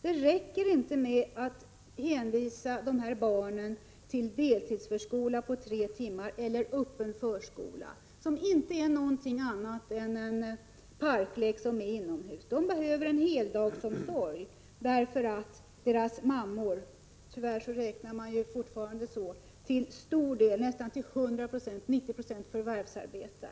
Det räcker inte att hänvisa dessa barn till deltidsförskola i tre timmar eller öppen förskola, som inte är någonting annat än en parklek inomhus. Dessa barn behöver heldagsomsorg, därför att deras mammor — tyvärr är det fortfarande fråga om kvinnor — nästan till 90 96 förvärvsarbetar.